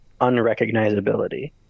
unrecognizability